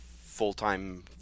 full-time